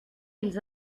ils